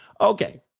Okay